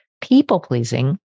People-pleasing